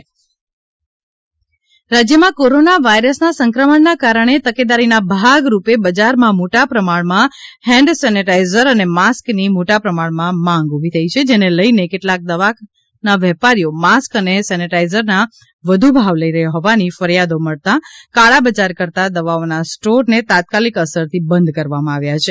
corona રાજ્યમાં corona વાયરસના સંક્રમણના કારણે તકેદારીના ભાગરૂપે બજારમાં મોટા પ્રમાણામાં હેન્ડ સેનેટાઈજર અને માસ્કની મોટા પ્રમાણમાં માંગ ઉભી થઈ છે જેને લઈને કેટલાક દવાના વેપારીઓ માસ્ક અને સેનેટાઈઝરના વધુ ભાવ લઈ રહ્યા હોવાની ફરિયાદો મળતા કાળાબજાર કરતા દવાઓના સ્ટોરને તાત્કાલિક અસરથી બંધ કરવામાં આવ્યા છે